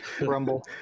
Rumble